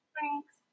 Thanks